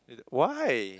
why